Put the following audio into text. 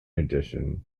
addition